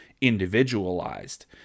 individualized